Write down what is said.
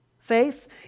faith